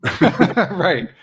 Right